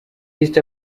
east